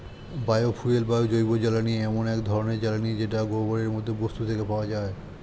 bio fuel বা জৈবজ্বালানী এমন এক ধরণের জ্বালানী যেটা গোবরের মতো বস্তু থেকে পাওয়া যায়